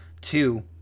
two